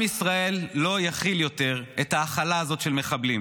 עם ישראל לא יכיל יותר את ההכלה הזאת של מחבלים.